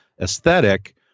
aesthetic